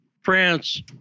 France